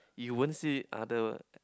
you won't see other